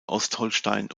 ostholstein